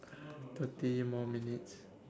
thirty more minutes